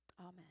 Amen